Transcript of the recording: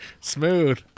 Smooth